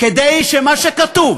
כדי שמה שכתוב